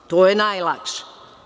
To je najlakše.